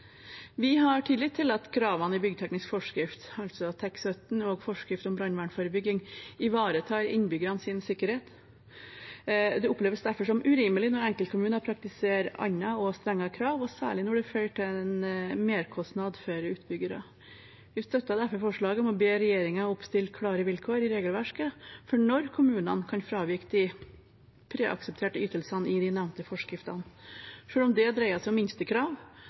Vi har tillit til at kravene i byggteknisk forskrift, altså TEK17, og forskrift om brannforebygging ivaretar innbyggernes sikkerhet. Det oppleves derfor som urimelig når enkeltkommuner praktiserer andre og strengere krav, og særlig når det fører til en merkostnad for utbyggere. Vi støtter derfor forslaget om å be regjeringen oppstille klare vilkår i regelverket for når kommunene kan fravike de preaksepterte ytelsene i de nevnte forskriftene. Selv om det dreier seg om